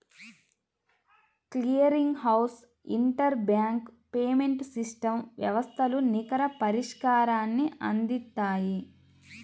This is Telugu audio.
clearing house inter bank payments system వ్యవస్థలు నికర పరిష్కారాన్ని అందిత్తాయి